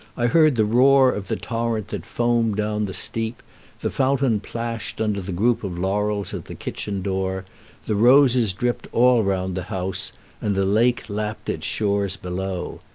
i heard the roar of the torrent that foamed down the steep the fountain plashed under the group of laurels at the kitchen door the roses dripped all round the house and the lake lapped its shores below.